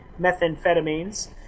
methamphetamines